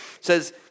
says